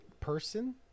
person